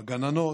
בגננות,